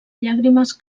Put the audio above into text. llàgrimes